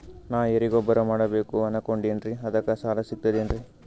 ನಾ ಎರಿಗೊಬ್ಬರ ಮಾಡಬೇಕು ಅನಕೊಂಡಿನ್ರಿ ಅದಕ ಸಾಲಾ ಸಿಗ್ತದೇನ್ರಿ?